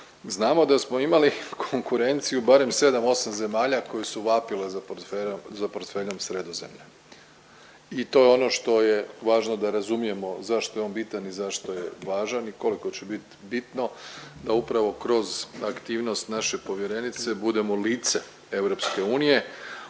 Znamo da smo imali konkurenciju barem 7-8 zemalja koje su vapile za portfeljom Sredozemlja. I to je ono što je važno da razumijemo zašto je on bitan i zašto je važan i koliko će biti bitno da upravo kroz aktivnost naše povjerenice budemo lice EU